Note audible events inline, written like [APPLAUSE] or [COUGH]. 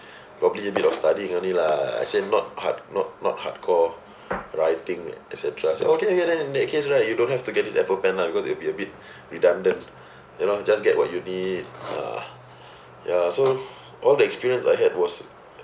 [BREATH] probably a bit of studying only lah as in not hard not not hardcore [BREATH] writing et cetera say okay okay then in that case right you don't have to get this Apple pen lah because it'll be a bit [BREATH] redundant [BREATH] you know just get what you need ah [BREATH] ya so all the experience I had was